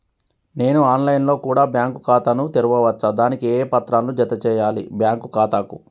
నేను online లో కూడా బ్యాంకు ఖాతా ను తెరవ వచ్చా? దానికి ఏ పత్రాలను జత చేయాలి బ్యాంకు ఖాతాకు?